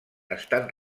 estan